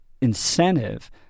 incentive